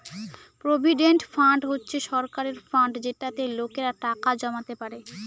provident fund হচ্ছে সরকারের fund যেটাতে লোকেরা টাকা জমাতে পারে